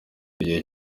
igihe